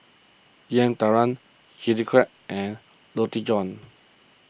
Yam Talam Chili Crab and Roti John